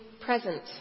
present